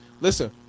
Listen